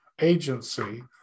agency